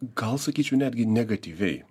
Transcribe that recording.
gal sakyčiau netgi negatyviai